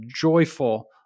joyful